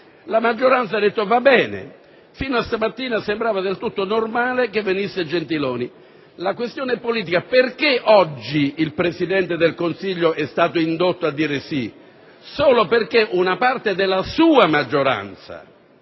La maggioranza ha detto: va bene. Fino a stamattina sembrava del tutto normale che venisse Gentiloni. La questione politica è: perché oggi il Presidente del Consiglio è stato indotto a dire sì? Solo perché una parte della sua maggioranza,